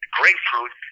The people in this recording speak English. grapefruit